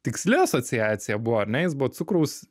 tiksli asociacija buvo ar ne jis buvo cukraus